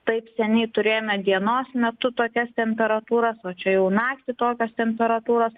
taip seniai turėjome dienos metu tokias temperatūras o čia jau naktį tokios temperatūros